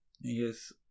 Yes